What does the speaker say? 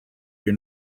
your